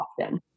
often